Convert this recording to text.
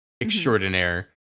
extraordinaire